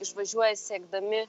išvažiuoja siekdami